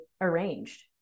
arranged